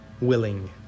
willing